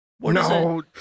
No